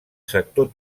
sector